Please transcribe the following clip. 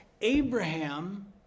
Abraham